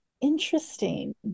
interesting